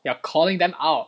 you are calling them out